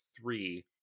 three